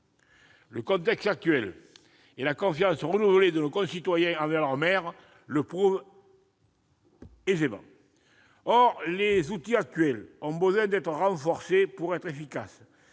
Le contexte actuel et la confiance renouvelée de nos concitoyens envers leur maire le prouvent aisément. Or les outils existants ont besoin d'être renforcés pour être efficaces.